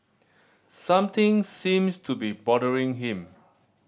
something seems to be bothering him